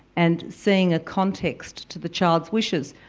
and seeing a context to the child's wishes.